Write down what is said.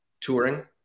touring